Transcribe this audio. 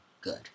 good